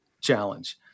challenge